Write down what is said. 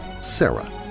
Sarah